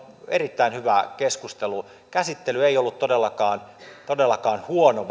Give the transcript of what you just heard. erittäin hyvä keskustelu käsittely ei ollut todellakaan todellakaan huono